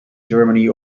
germany